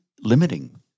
limiting